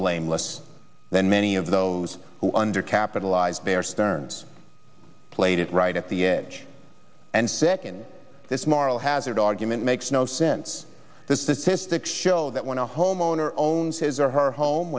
blameless than many of those who undercapitalised their urns played it right at the edge and second this moral hazard argument makes no sense the statistics show that when a homeowner owns his or her home